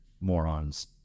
morons